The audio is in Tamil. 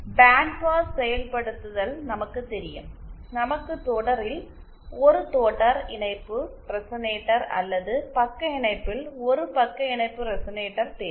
பேண்ட்பாஸ் செயல்படுத்துதல் நமக்கு தெரியும் நமக்கு தொடரில் ஒரு தொடர் இணைப்பு ரெசனேட்டர் அல்லது பக்க இணைப்பில் ஒரு பக்க இணைப்பு ரெசனேட்டர் தேவை